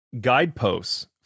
guideposts